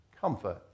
comfort